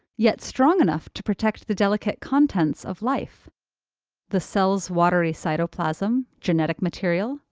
yet strong enough to protect the delicate contents of life the cell's watery cytoplasm, genetic material,